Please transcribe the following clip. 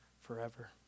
forever